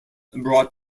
brought